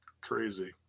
Crazy